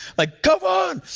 like, go on.